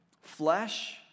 Flesh